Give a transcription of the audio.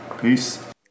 Peace